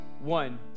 one